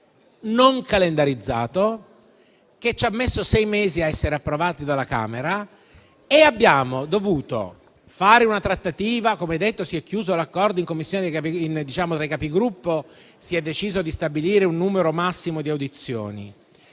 non calendarizzato, che ci ha messo sei mesi a essere approvato dalla Camera. Abbiamo dovuto fare una trattativa e - come detto - si è chiuso l'accordo tra i Capigruppo con la decisione di stabilire un numero massimo di audizioni.